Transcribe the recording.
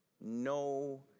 no